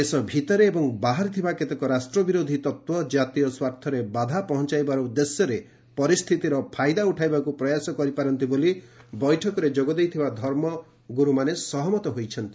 ଦେଶ ଭିତରେ ଏବଂ ବାହାରେ ଥିବା କେତେକ ରାଷ୍ଟ୍ରବିରୋଧି ତତ୍ତ୍ୱ କାତୀୟ ସ୍ୱାର୍ଥରେ ବାଧା ପହଞ୍ଚାଇବାର ଉଦ୍ଦେଶ୍ୟରେ ପରିସ୍ଥିତିର ଫାଇଦା ଉଠାଇବାକୁ ପ୍ରୟାସ କରିପାରନ୍ତି ବୋଲି ବୈଠକରେ ଯୋଗ ଦେଇଥିବା ସବୁ ଧର୍ମଗୁରୁ ସହମତ ହୋଇଛନ୍ତି